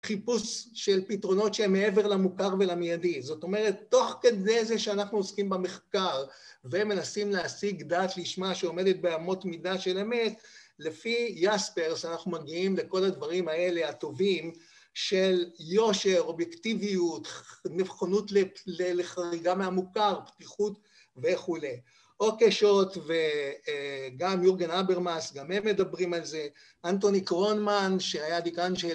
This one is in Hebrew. ‫חיפוש של פתרונות שהן מעבר ‫למוכר ולמיידי. ‫זאת אומרת, תוך כדי זה ‫שאנחנו עוסקים במחקר ‫והם מנסים להשיג דעת לשמה ‫שעומדת באמות מידה של אמת, ‫לפי יספרס אנחנו מגיעים ‫לכל הדברים האלה הטובים ‫של יושר, אובייקטיביות, ‫נכונות לחריגה מהמוכר, פתיחות וכו'. ‫אוקי שוט וגם יורגן אברמאס, ‫גם הם מדברים על זה, ‫אנטוני קרונמן שהיה דיקן של...